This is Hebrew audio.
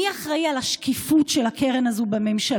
מי אחראי לשקיפות של הקרן הזאת בממשלה?